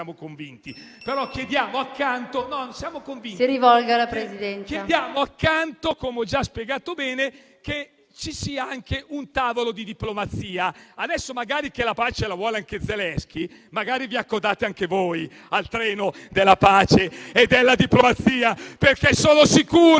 siamo convinti, ma chiediamo che accanto - come ho già spiegato bene - ci sia anche un tavolo di diplomazia. Magari, adesso che la pace la vuole anche Zelensky, vi accodate anche voi al treno della pace e della diplomazia, perché sono sicuro